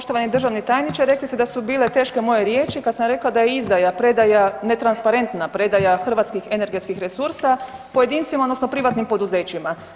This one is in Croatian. Poštovani državni tajniče, rekli ste da su bile teške moje riječi kad sam rekla da je izdaja predaja, netransparentna predaja hrvatskih energetskih resursa pojedincima odnosno privatnim poduzećima.